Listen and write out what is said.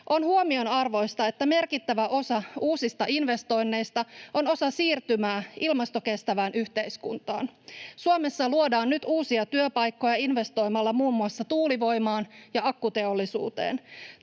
On huomionarvoista, että merkittävä osa uusista investoinneista on osa siirtymää ilmastokestävään yhteiskuntaan. Suomessa luodaan nyt uusia työpaikkoja investoimalla muun muassa tuulivoimaan ja akkuteollisuuteen.